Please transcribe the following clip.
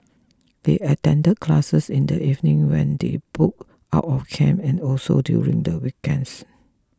they attend classes in the evening when they book out of camp and also during the weekends